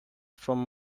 from